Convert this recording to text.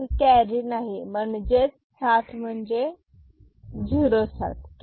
येथे कॅरी नाही म्हणजेच 7 म्हणजे झिरो सात